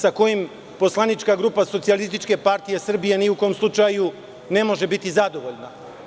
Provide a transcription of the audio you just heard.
sa kojim poslanička grupa SPS ni u kom slučaju ne može biti zadovoljna.